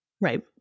Right